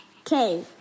Okay